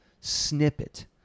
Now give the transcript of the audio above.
snippet